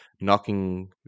knocking